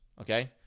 Okay